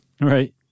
Right